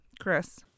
chris